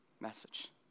message